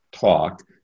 talk